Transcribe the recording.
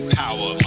power